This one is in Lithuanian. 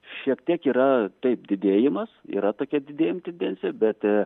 šiek tiek yra taip didėjimas yra tokia didėjanti tendencija bet